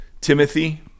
timothy